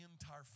entire